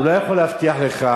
הוא לא יכול להבטיח לך.